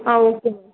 ah okay ma'am